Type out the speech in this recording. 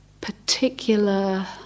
particular